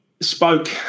spoke